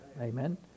amen